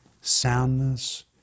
soundness